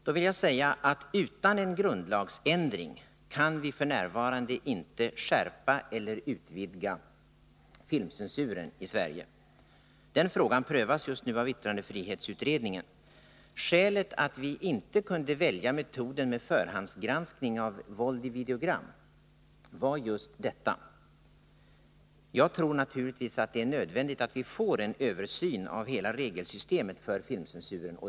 Då vill jag säga att utan en grundlagsändring kan vi f. n. inte skärpa eller utvidga filmcensuren i Sverige. Den frågan prövas just nu av yttrandefrihetsutredningen. Skälet till att vi inte kunde välja metoden med förhandsgranskning av våld i videogram var just detta. Jag tror naturligtvis att det är nödvändigt att vi får en översyn av hela regelsystemet för filmcensuren.